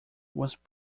was